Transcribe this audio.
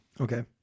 Okay